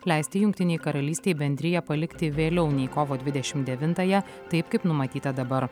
leisti jungtinei karalystei bendriją palikti vėliau nei kovo dvidešim devintąją taip kaip numatyta dabar